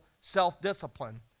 self-discipline